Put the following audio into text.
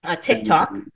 TikTok